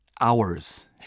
hours